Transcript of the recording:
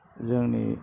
जोंनि